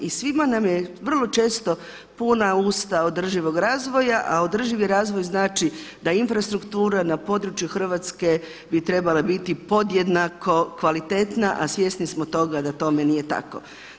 I svima nam je vrlo često puna usta održivog razvoja, a održivi razvoj znači da infrastruktura na području Hrvatske bi trebala biti podjednako kvalitetna, a svjesni smo toga da tome nije tako.